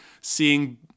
seeing